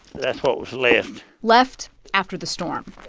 that's what was left left after the storm.